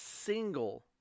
single